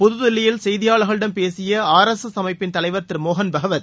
புதுதில்லியில் செய்தியாளர்களிடம் பேசிய ஆர் எஸ் எஸ் அமைப்பின் தலைவர் திரு மோகன் பகவத்